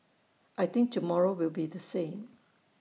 I think tomorrow will be the same